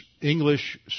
English